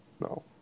no